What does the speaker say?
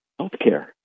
Healthcare